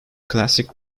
classic